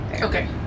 Okay